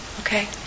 Okay